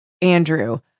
Andrew